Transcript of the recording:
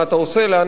איפה אתה נמצא.